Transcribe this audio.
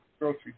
grocery